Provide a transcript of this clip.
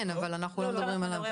כן, אבל אנחנו לא מדברים עליו.